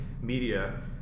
media